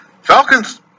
Falcons